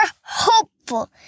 hopeful